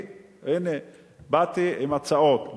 באתי עם הצעות,